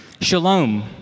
shalom